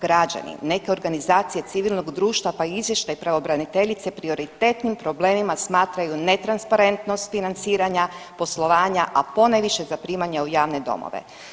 Građani, neke organizacije civilnog društva pa i izvještaj pravobraniteljice prioritetnim problemima smatraju netransparentnost financiranja poslovanja, a ponajviše zaprimanja u javne domove.